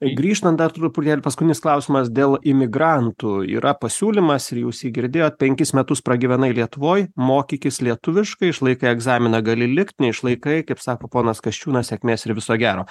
grįžtant dar truputėlį paskutinis klausimas dėl imigrantų yra pasiūlymas ir jūs jį girdėjot penkis metus pragyvenai lietuvoj mokykis lietuviškai išlaikai egzaminą gali likt neišlaikai kaip sako ponas kasčiūnas sėkmės ir viso gero